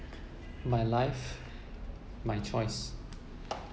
my life my choice